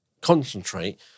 concentrate